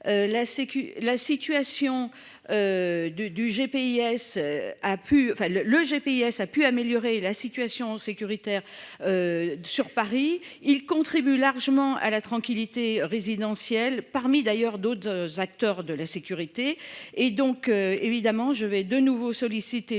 le GPS a pu améliorer la situation sécuritaire. Sur Paris il contribue largement à la tranquillité résidentiel parmi d'ailleurs d'autres acteurs de la sécurité